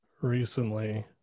recently